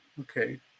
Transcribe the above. Okay